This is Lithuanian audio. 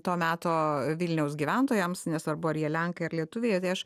to meto vilniaus gyventojams nesvarbu ar jie lenkai ar lietuviai tai aš